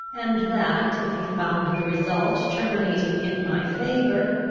and that, if he found the result terminating in my favour,